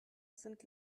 sind